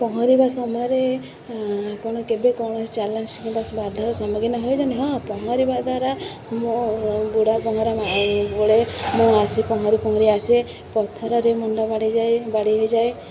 ପହଁରିବା ସମୟରେ ଆପଣ କେବେ କୌଣସି ଚ୍ୟାଲେଞ୍ଜ କିମ୍ବା ବାଧାର ସମ୍ମୁଖୀନ ହେଇଚନ୍ତି ହଁ ପହଁରିବା ଦ୍ୱାରା ମଁ ବୁଡ଼ା ପହଁରା ବେଳେ ମୁଁ ଆସି ପହଁରି ପହଁରି ଆସେ ପଥରରେ ମୁଣ୍ଡ ବାଡ଼ିଯାଏ ବାଡ଼େଇ ହେଇଯାଏ